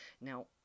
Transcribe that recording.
Now